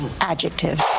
adjective